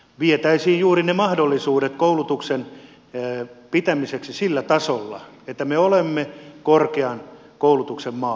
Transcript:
vietäisiin juuri ne mahdollisuudet koulutuksen pitämiseksi sillä tasolla että me olemme korkean koulutuksen maa